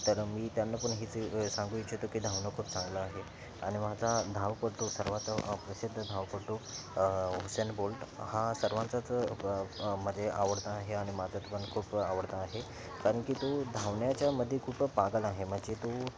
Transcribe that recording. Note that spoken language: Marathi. तर मी त्यांना पण हीच सांगू इच्छितो की धावणं खूप चांगलं आहे आणि माझा धावपट्टू सर्वात प्रसिद्ध धावपट्टू हुसेन बोल्ट हा सर्वांचाच म्हणजे आवडता आहे आणि माझं तर पण खूप आवडता आहे कारण की तो धावण्याच्यामध्ये खूप पागल आहे म्हणजे तो